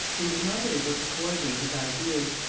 but he was not able to coordinate his ideas,